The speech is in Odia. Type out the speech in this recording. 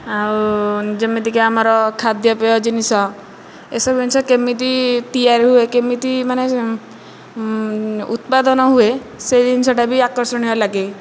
ଆଉ ଯେମିତିକି ଆମର ଖାଦ୍ୟପେୟ ଜିନିଷ ଏ ସବୁ ଜିନିଷ କେମିତି ତିଆରି ହୁଏ କେମିତି ମାନେ ଉତ୍ପାଦନ ହୁଏ ସେ ଜିନିଷଟା ବି ଆକର୍ଷଣୀୟ ଲାଗେ